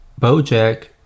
Bojack